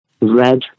red